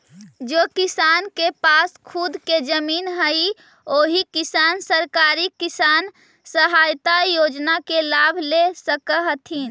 जे किसान के पास खुद के जमीन हइ ओही किसान सरकारी किसान सहायता योजना के लाभ ले सकऽ हथिन